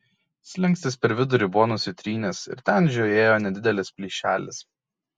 slenkstis per vidurį buvo nusitrynęs ir ten žiojėjo nedidelis plyšelis